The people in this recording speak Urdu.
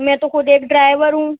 میں تو خود ایک ڈرائیور ہوں